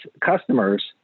customers